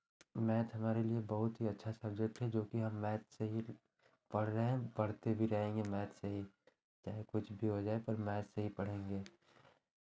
math हमारे लिए बहुत ही अच्छा सबज़ेक्ट है जोकि हम मैथ से ही पढ़ रहे हैं पढ़ते भी रहेंगे मैथ से ही चाहे कुछ भी हो जाए पर मैथ से ही पढ़ेंगे